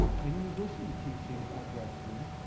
and in addition to teaching at wesleyan,